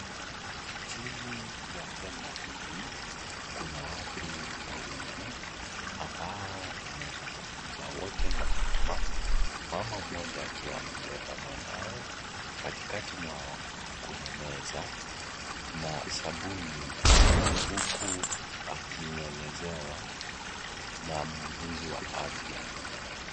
Chini ya hema hili kuna watu wawili ambao wanazungumza. Wote ni wamama, mama mmoja akiwa amebeba mwanawe. Katikati mwao kuna meza na sabuni . Huku akimwelezewa na muuguzi wa afya.